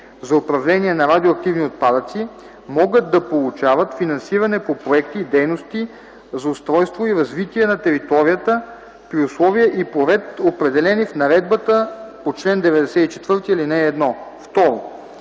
за управление на радиоактивни отпадъци, могат да получават финансиране на проекти и дейности за устройство и развитие на територията при условия и по ред, определени в наредбата по чл. 94, ал. 1.” 2. В ал.